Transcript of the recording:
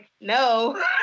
no